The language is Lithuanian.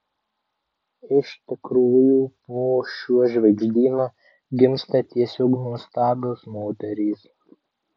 iš tikrųjų po šiuo žvaigždynu gimsta tiesiog nuostabios moterys